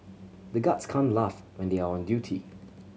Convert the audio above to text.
the guards can't laugh when they are on duty